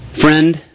Friend